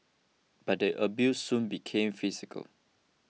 but the abuse soon became physical